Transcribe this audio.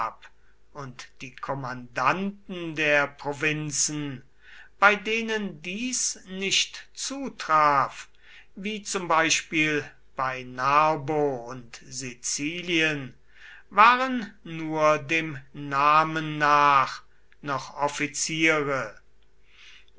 und die kommandanten der provinzen bei denen dies nicht zutraf wie zum beispiel bei narbo und sizilien waren nur dem namen nach noch offiziere